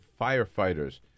Firefighters